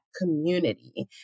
community